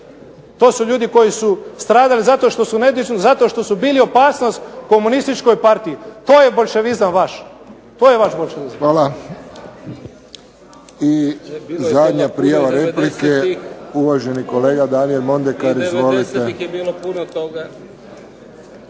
to su ljudi koji su stradali zato što su bili opasnost Komunističkoj partiji. To je boljševizam vaš. **Friščić, Josip (HSS)** Hvala. I zadnja prijava replike uvaženi kolega Daniel Mondekar.